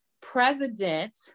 President